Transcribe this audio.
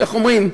איך אומרים,